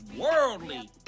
worldly